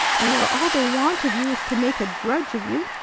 and where all they want of you is to make a drudge of you!